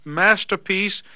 masterpiece